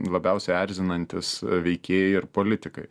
labiausiai erzinantys veikėjai ir politikai